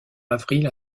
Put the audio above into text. avril